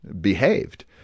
behaved